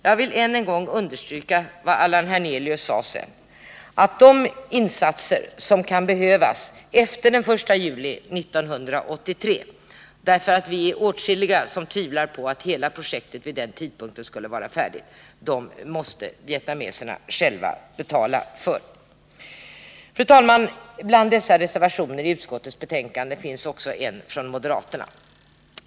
Jag vill än en gång understryka vad Allan Hernelius sade, att de insatser som kan behövas efter den 1 juli 1983 — för vi är åtskilliga som tvivlar på att hela projektet vid den tidpunkten skulle vara färdigt — måste vietnameserna själva betala. Fru talman! Bland reservationerna i utskottsbetänkandet finns också en från moderaterna.